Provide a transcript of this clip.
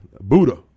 Buddha